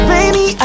Baby